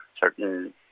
certain